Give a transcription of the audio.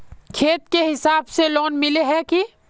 खेत के हिसाब से लोन मिले है की?